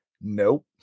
Nope